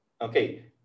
Okay